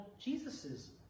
Jesus's